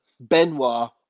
Benoit